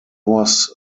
was